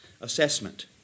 assessment